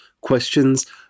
Questions